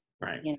Right